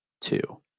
two